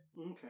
Okay